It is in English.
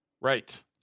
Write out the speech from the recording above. Right